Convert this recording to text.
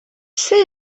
zer